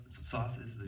sauces